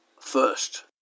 first